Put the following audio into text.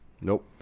Nope